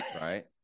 right